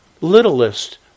littlest